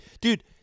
Dude